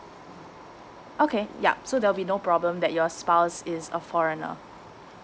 okay yup so there'll be no problem that your spouse is a foreigner